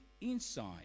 inside